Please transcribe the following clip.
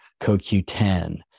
CoQ10